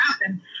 happen